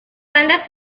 banda